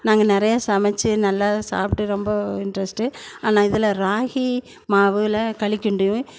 நாங்கள் நிறையா சமைத்து நல்லா சாப்பிட்டு ரொம்ப இன்ட்ரெஸ்ட்டு ஆனால் இதில் ராகி மாவில் களி கிண்டுவேன்